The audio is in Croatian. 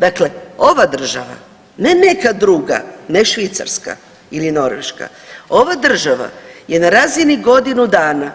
Dakle, ova država, ne neka druga, ne Švicarska ili Norveška, ova država je na razini godinu dana